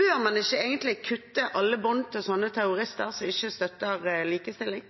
Bør man ikke egentlig kutte alle bånd til sånne terrorister som ikke støtter